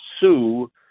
sue